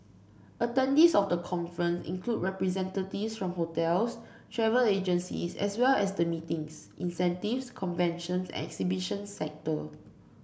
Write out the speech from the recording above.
attendees of the conference include representatives from hotels travel agencies as well as the meetings incentives conventions and exhibitions sector